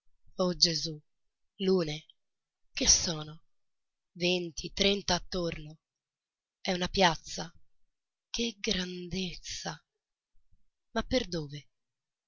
oh gesù lune che sono venti trenta attorno è una piazza che grandezza ma per dove